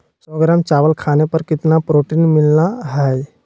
सौ ग्राम चावल खाने पर कितना प्रोटीन मिलना हैय?